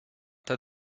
tas